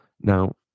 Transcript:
Now